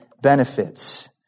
benefits